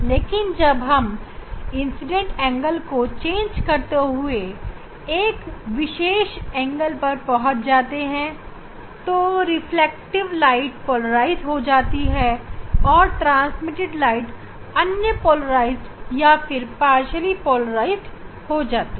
लेकिन जब हम इंसीडेंट एंगल को चेंज करते हुए एक विशेष एंगल पर पहुंचा देते हैं तो रिफ्लेक्टिव प्रकाश पोलराइज हो जाती है और ट्रांसमिटेड प्रकाश अन्पोलराइज्ड या फिर पार्शियली पोलराइज हो जाती है